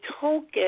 token